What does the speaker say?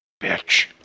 Bitch